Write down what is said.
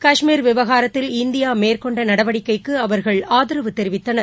கஷ்மீர் விவகாரத்தில் இந்தியாமேற்கொண்ட நடவடிக்கைக்கு அவர்கள் ஆதரவு தெரிவித்தனர்